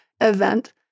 event